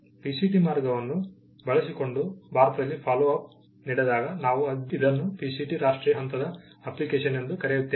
PCT ಮಾರ್ಗವನ್ನು ಬಳಸಿಕೊಂಡು ಭಾರತದಲ್ಲಿ ಫಾಲೋ ಅಪ್ ನಡೆದಾಗ ನಾವು ಇದನ್ನು ಪಿಸಿಟಿ ರಾಷ್ಟ್ರೀಯ ಹಂತದ ಅಪ್ಲಿಕೇಶನ್ ಎಂದು ಕರೆಯುತ್ತೇವೆ